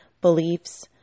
beliefs